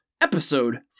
episode